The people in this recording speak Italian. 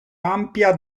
ampia